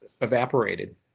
evaporated